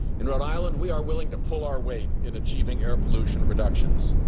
in rhode island, we are willing to pull our weight in achieving air pollution reductions.